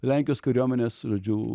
lenkijos kariuomenės žodžiu